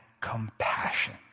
compassion